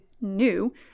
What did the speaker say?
new